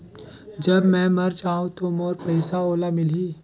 जब मै मर जाहूं तो मोर पइसा ओला मिली?